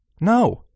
No